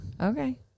Okay